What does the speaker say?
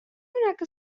هناك